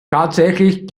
tatsächlich